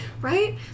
Right